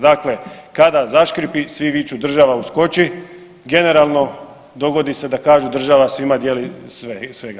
Dakle, kada zaškripi svi viču država uskoči, generalno dogodi se da kažu država svima dijeli sve i svega.